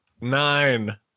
Nine